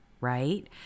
right